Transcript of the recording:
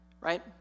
right